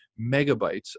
megabytes